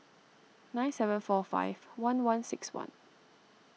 nine seven four five one one six one